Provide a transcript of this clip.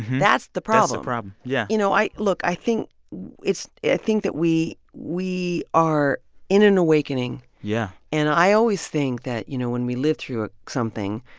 that's the problem. yeah you know, i look. i think it's i think that we we are in an awakening yeah and i always think that, you know, when we live through ah something,